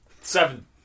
Seven